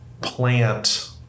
plant